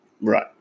Right